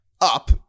up